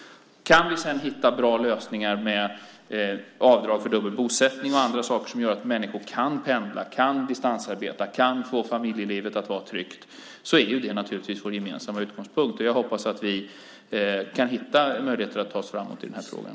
Att hitta bra lösningar med avdrag för dubbel bosättning och andra saker som gör att människor kan pendla, kan distansarbeta, kan få familjelivet att vara tryggt är naturligtvis vår gemensamma utgångspunkt. Jag hoppas att vi kan hitta möjligheter att ta oss framåt i den här frågan.